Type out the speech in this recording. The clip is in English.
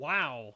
Wow